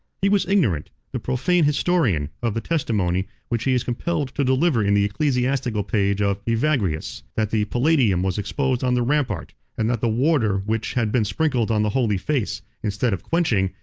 he was ignorant, the profane historian, of the testimony which he is compelled to deliver in the ecclesiastical page of evagrius, that the palladium was exposed on the rampart, and that the water which had been sprinkled on the holy face, instead of quenching,